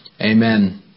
Amen